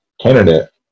candidate